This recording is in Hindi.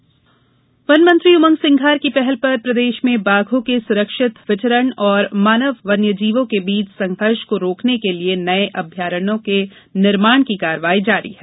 अभयारण्य निर्माण वन मंत्री उमंग सिंघार की पहल पर प्रदेश में बाघों के सुरक्षित विचरण और मानव वन्यजीवों के बीच सघर्ष को रोकने के लिये नये अभयारण्यों के निर्माण की कार्यवाही जारी है